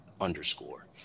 underscore